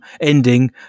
ending